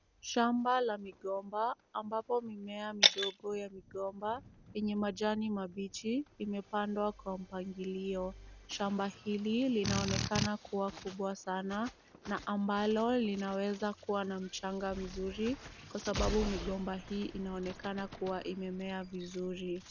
Shamba la migomba ambapo mimea midogo ya migomba, yenye majani mabichi imepandwa kwa mpangilio. Shamba hili linaonekana kuwa kubwa sana na ambalo linaweza kuwa na mchanga mzuri, kwa sababu migomba hii inaonekana kuwa imemea vizuri.